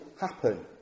happen